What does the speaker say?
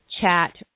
chat